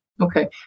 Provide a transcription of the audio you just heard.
Okay